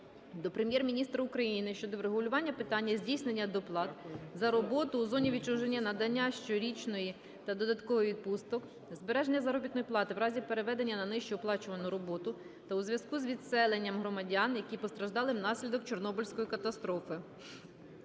до Прем'єр-міністра України щодо врегулювання питання здійснення доплат за роботу у зоні відчуження, надання щорічної та додаткової відпусток, збереження заробітної плати у разі переведення на нижче оплачувану роботу та у зв'язку з відселенням громадян, які постраждали внаслідок Чорнобильської катастрофи.